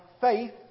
faith